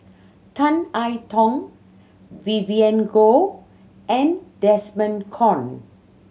Tan I Tong Vivien Goh and Desmond Kon